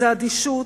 זאת אדישות,